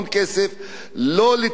לא לטיפול כימותרפי,